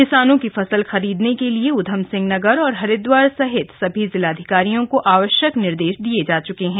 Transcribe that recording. किसानों की फसल खरीदने के लिए ऊधमसिंह नगर और हरिदवार सहित सभी जिलाधिकारियों को आवश्यक निर्देश दिया जा च्के हैं